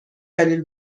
دلیل